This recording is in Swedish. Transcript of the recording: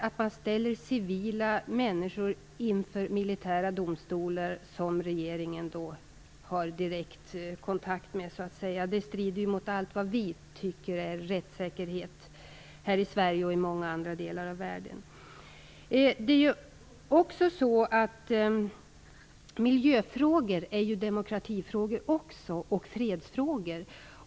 Att man ställer civila människor inför militära domstolar som regeringen har direkt kontakt med strider mot allt vad vi tycker är rättssäkerhet här i Sverige och i många andra delar av världen. Miljöfrågor är ju även demokratifrågor och fredsfrågor.